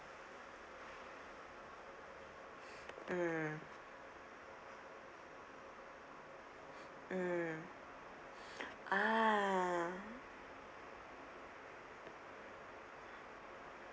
mm mm ah